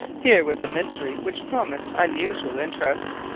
here was a mystery which promised unusual interest.